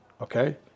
Okay